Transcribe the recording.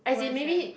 why sia